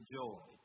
joy